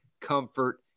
Comfort